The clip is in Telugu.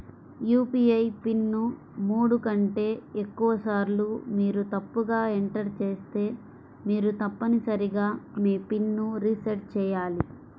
యూ.పీ.ఐ పిన్ ను మూడు కంటే ఎక్కువసార్లు మీరు తప్పుగా ఎంటర్ చేస్తే మీరు తప్పనిసరిగా మీ పిన్ ను రీసెట్ చేయాలి